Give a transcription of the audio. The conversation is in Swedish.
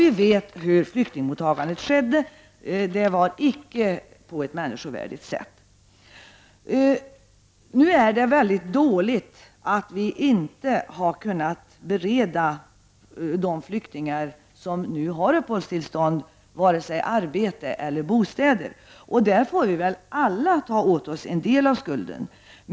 Vi vet ju alla hur flyktingmottagandet gick till: det var icke människovärdigt! Det är dåligt att vi inte har kunnat bereda de flyktingar som har fått uppehäållsoch arbetstillstånd vare sig arbete eller bostad. Vi får alla ta på oss en del av skulden för detta.